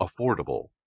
affordable